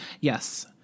Yes